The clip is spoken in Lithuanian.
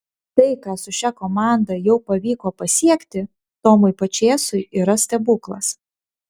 tai ką su šia komanda jau pavyko pasiekti tomui pačėsui yra stebuklas